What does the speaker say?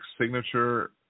signature